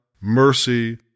mercy